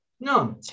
No